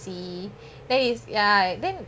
see then is ya